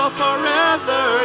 forever